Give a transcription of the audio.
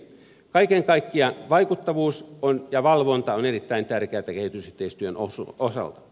kaiken kaikkiaan vaikuttavuus ja valvonta ovat erittäin tärkeitä kehitysyhteistyön osalta